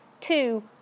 Two